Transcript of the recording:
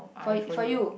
for it for you